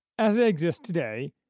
as it exists today,